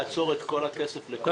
לעצור את כל הכסף לכולם.